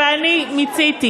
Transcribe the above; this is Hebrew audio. אבל אני מיציתי.